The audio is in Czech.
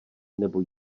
nebo